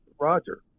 Roger